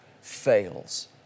fails